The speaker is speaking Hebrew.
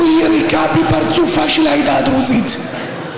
הוא יריקה בפרצופה של העדה הדרוזית,